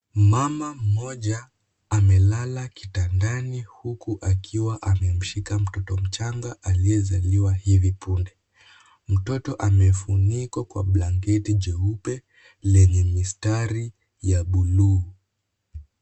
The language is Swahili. Mama mmoja amelala kitandani huku akiwa amemshika mtoto mchanga aliyezaliwa hivi punde. Mtoto amefunikwa kwa blanketi jeupe lenye mistari ya bluu.